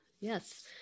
Yes